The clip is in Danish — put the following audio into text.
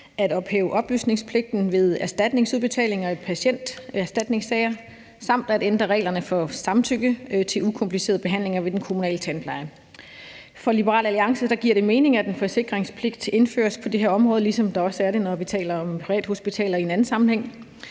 at ophæve oplysningspligten ved erstatningsudbetalinger i patienterstatningssager samt at ændre reglerne for samtykke til ukomplicerede behandlinger ved den kommunale tandpleje. For Liberal Alliance giver det mening, at en forsikringspligt indføres på det her område, ligesom der også er det, når vi i en anden sammenhæng